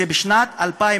זה בשנת 2010,